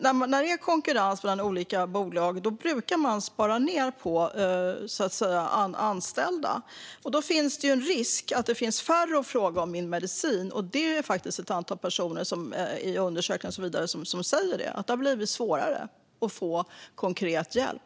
När det är konkurrens mellan olika bolag brukar man spara på de anställda. Då finns det en risk för att det blir färre som man kan fråga om sin medicin. I undersökningar är det ett antal personer som säger det. Det har blivit svårare att få konkret hjälp.